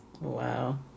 Wow